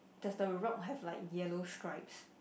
does the rock have like yellow stripes